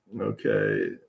okay